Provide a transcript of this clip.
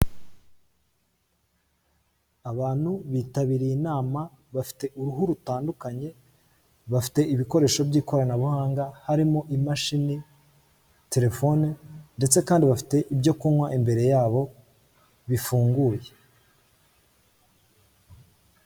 Abantu bitabiriye inama bafite uruhu rutandukanye bafite ibikoresho by'ikoranabuhanga harimo imashini, telefone, ndetse kandi bafite ibyo kunywa imbere yabo bifunguye.